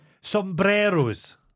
sombreros